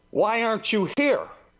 why aren't you here?